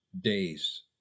days